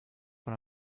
when